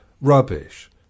rubbish